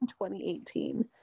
2018